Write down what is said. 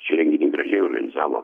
šį renginį gražiai organizavo